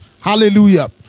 Hallelujah